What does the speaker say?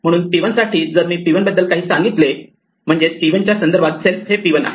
म्हणून p1 साठी जर मी p1 बद्दल काही सांगितले म्हणजेच p1 च्या संदर्भात सेल्फ हे p1 आहे